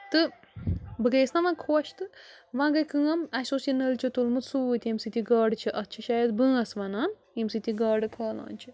تہٕ بہٕ گٔیَس نا وۅنۍ خۄش تہٕ وۅنۍ گٔے کٲم اَسہِ اوس یہِ نٔلچہِ تُلمُت سۭتۍ ییٚمہِ سۭتۍ یہِ گاڈٕ چھِ اَتھ چھِ شاید بٲنٛس وَنان ییٚمہِ سۭتۍ یہِ گاڈٕ کھالان چھِ